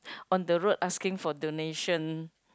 on the road asking for donation